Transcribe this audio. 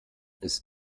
ist